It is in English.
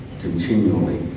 continually